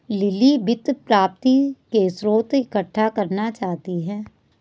lily वित्त प्राप्ति के स्रोत इकट्ठा करना चाहती है